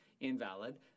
invalid